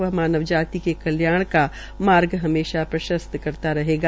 वह मानव जाति के कल्याण का मार्ग हमेशा प्रशस्त करता रहेगा